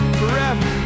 forever